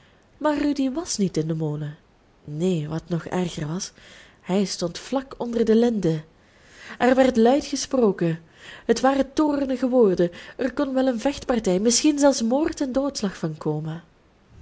maar rudy was niet in den molen neen wat nog erger was hij stond vlak onder de linde er werd luid gesproken het waren toornige woorden er kon wel een vechtpartij misschien zelfs moord en doodslag van komen